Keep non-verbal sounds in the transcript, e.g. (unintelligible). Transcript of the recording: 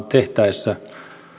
(unintelligible) tehtäessä